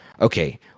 okay